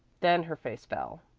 then her face fell.